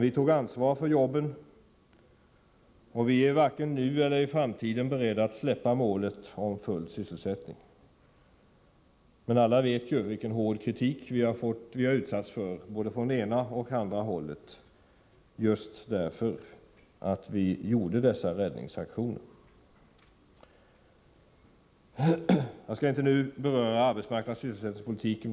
Vi tog ansvar för jobben, och vi är varken nu eller i framtiden beredda att släppa målet om full sysselsättning, även om vi som alla vet har utsatts för hård kritik både från det ena och från det andra hållet just därför att vi gjorde dessa räddningsaktioner. Jag skall inte längre uppehålla mig vid arbetsmarknadspolitiken och sysselsättningspolitiken.